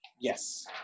Yes